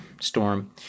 storm